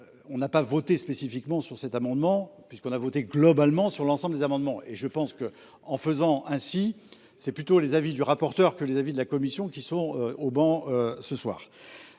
On n'a pas voté spécifiquement sur cet amendement, puisqu'on a voté globalement sur l'ensemble des amendements. Et je pense qu'en faisant ainsi, c'est plutôt les avis du rapporteur que les avis de la Commission qui sont au banc ce soir.